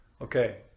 okay